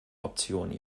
option